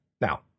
Now